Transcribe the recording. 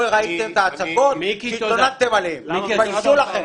לא ראיתם את ההצגות שהתלוננתם עליהן תתביישו לכם.